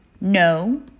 No